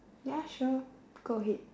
ya sure go ahead